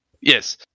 Yes